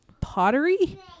pottery